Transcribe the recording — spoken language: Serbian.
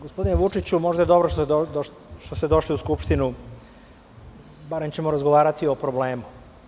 Gospodine Vučiću, možda je dobro što ste došli u Skupštinu, barem ćemo razgovarati o problemu.